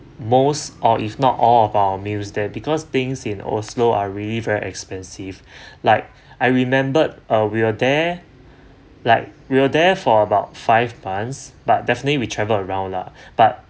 most or if not all of our meals there because things in oslo are really very expensive like I remembered uh we were there like we were there for about five months but definitely we travel around lah but